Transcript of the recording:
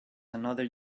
another